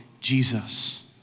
Jesus